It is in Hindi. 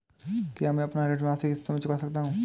क्या मैं अपना ऋण मासिक किश्तों में चुका सकता हूँ?